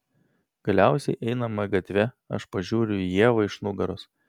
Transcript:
galiausiai einame gatve aš pažiūriu į ievą iš nugaros